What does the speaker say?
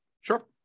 Sure